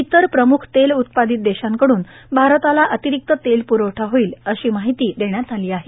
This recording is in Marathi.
इतर प्रमुख तेल उत्पादित देशांकडून भारताला अतिरिक्त तेल पुरवठा होईल अशी माहिती देण्यात आली आहे